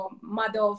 mother